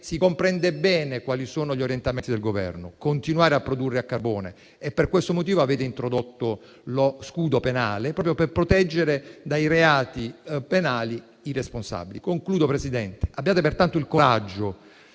Si comprende bene quali sono gli orientamenti del Governo: continuare a produrre a carbone. Per questo motivo avete introdotto lo scudo penale, proprio per proteggere i responsabili dai reati penali. Signor Presidente, concludo. Abbiate il coraggio